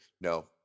No